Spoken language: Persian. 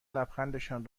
لبخندشان